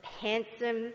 handsome